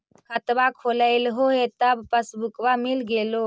खतवा खोलैलहो तव पसबुकवा मिल गेलो?